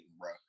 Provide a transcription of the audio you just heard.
bro